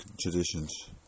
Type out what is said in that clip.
traditions